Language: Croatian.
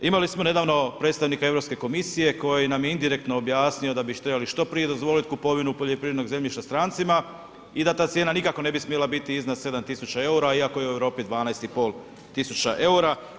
Imali smo nedavno predstavnika Europske komisije koji nam je indirektno objasnio da bi trebali što prije dozvoliti kupovinu poljoprivrednog zemljišta strancima i da ta cijena nikako ne bi smjela biti iznad sedam tisuća eura iako je u Europi 12,5 tisuća eura.